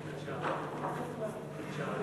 אדוני